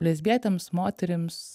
lesbietėms moterims